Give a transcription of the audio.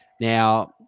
Now